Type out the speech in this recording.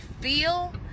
feel